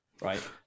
right